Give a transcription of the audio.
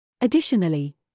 Additionally